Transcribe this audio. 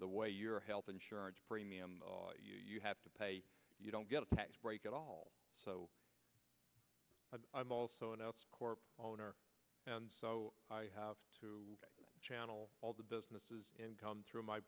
the way your health insurance premium you have to pay you don't get a tax break at all so i'm also an out owner and so i have to channel all the businesses income through my